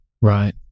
Right